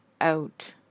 out